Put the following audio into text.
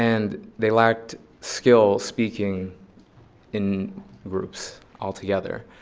and they lacked skill speaking in groups altogether.